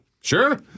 Sure